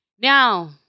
Now